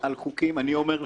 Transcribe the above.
אתה הצבעת על חוקים לא אישית.